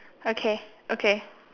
okay okay